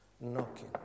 knocking